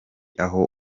aho